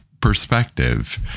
perspective